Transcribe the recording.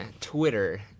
Twitter